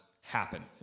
happen